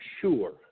sure